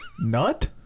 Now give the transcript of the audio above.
Nut